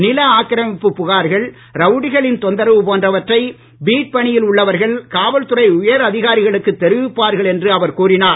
நில ஆக்கிரமிப்பு புகார்கள் ரவுடிகளின் தொந்தரவு போன்றவற்றை பீட் பணியில் உள்ளவர்கள் காவல் துறை உயர் அதிகாரிகளுக்கு தெரிவிப்பார்கள் என்று அவர் கூறினார்